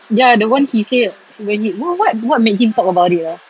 ya the one he said when you were what what made him talk about it ah